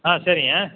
ஆ சரிங்க